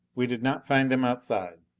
we did not find them outside.